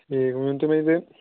ٹھیٖک ؤنۍتو مےٚ حظ یہِ